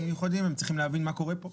מיוחדים הם צריכים להבין מה קורה פה,